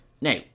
Now